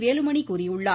வேலுமணி கூறியுள்ளார்